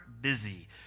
busy